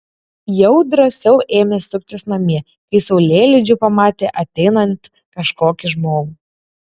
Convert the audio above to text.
jau drąsiau ėmė suktis namie kai saulėlydžiu pamatė ateinant kažkokį žmogų